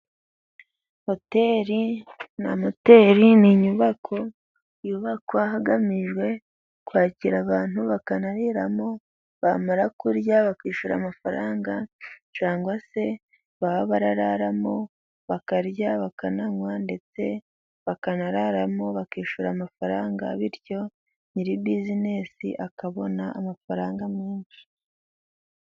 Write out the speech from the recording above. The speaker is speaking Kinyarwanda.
Hoteri na moteri ni inyubako yubakwa hagamijwe kwakira abantu, bakanararamo, bamara kurya bakishyura amafaranga, cyangwa se baba barararamo bakarya bakananywa, ndetse bakanararamo bakishyura amafaranga, bityo nyiri bizinesi akabona amafaranga menshi.